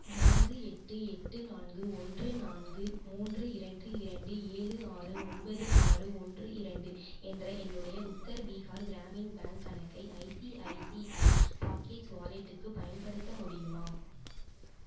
நான்கு எட்டு எட்டு நான்கு ஒன்று நான்கு மூன்று இரண்டு இரண்டு ஏழு ஆறு ஒன்பது ஆறு ஒன்று இரண்டு என்ற என்னுடைய உத்தர் பீகார் கிராமின் பேங்க் கணக்கை ஐசிஐசிஐ பாக்கெட்ஸ் வாலெட்டுக்கு பயன்படுத்த முடியுமா